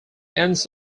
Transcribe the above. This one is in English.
ends